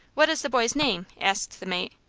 what is the boy's name? asked the mate.